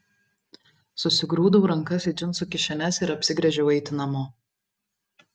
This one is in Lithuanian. susigrūdau rankas į džinsų kišenes ir apsigręžiau eiti namo